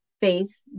faith